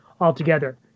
altogether